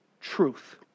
truth